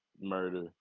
murder